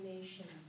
nations